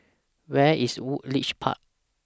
Where IS Woodleigh Park